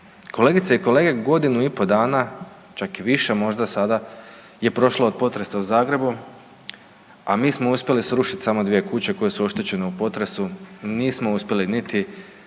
Kolegice i kolege, godinu i pol dana čak i više možda sada je prošlo od potresa u Zagrebu, a mi smo uspjeli srušiti samo dvije kuće koje su oštećene u potresu. Nismo uspjeli niti efikasno